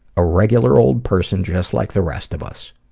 a regular old person just like the rest of us.